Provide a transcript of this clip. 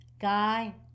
Guy